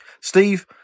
Steve